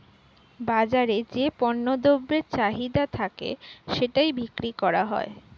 বাজারে যে পণ্য দ্রব্যের চাহিদা থাকে সেটাই বিক্রি করা হয়